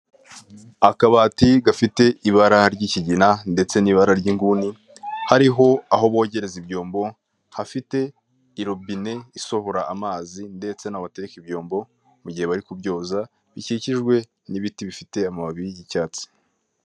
Akabati gafite ibara ry'ikigina ndetse n'ibara ry'inguni hariho aho bogereza ibyombo hafite irobine isohora amazi ndetse naho batereka ibyombo mu gihe bari kubyoza bikikijwe n'ibiti bifite amababi y'icyatsi.